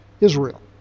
Israel